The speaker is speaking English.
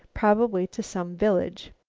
probably to some village.